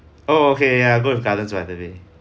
oh okay ya I'll go with gardens by the bay